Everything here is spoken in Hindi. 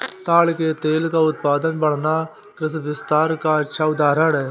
ताड़ के तेल का उत्पादन बढ़ना कृषि विस्तार का अच्छा उदाहरण है